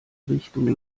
richtung